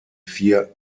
vier